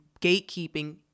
gatekeeping